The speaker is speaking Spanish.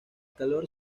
calor